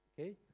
okay